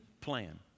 plan